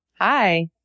Hi